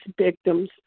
victims